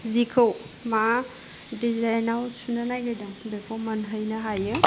जिखौ मा डिजाइनाव सुनो नागिरदों बेखौ मोनहैनो हायो